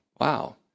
wow